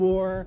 War